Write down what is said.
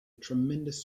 tremendous